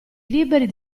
liberi